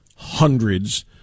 hundreds